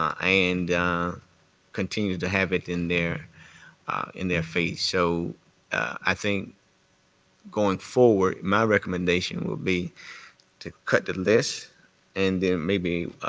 and continue to have it in their in their face. so i think going forward, my recommendation would be to cut the list and then maybe.